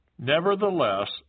Nevertheless